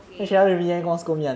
okay